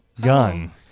gun